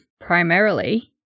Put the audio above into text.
primarily